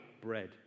bread